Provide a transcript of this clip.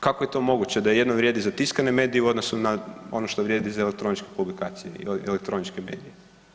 Kako je to moguće da jedno vrijedi za tiskane medije u odnosu na ono što vrijedi za elektroničke publikacije, elektroničke medije.